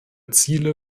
ziele